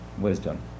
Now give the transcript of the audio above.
wisdom